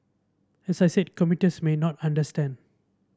as I said commuters may not understand